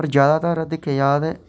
होर जादातर दिक्खेआ जा ते